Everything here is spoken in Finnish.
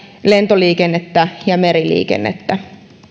lentoliikennettä ja meriliikennettä